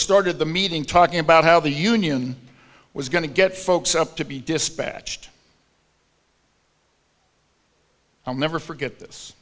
started the meeting talking about how the union was going to get folks up to be dispatched i'll never forget this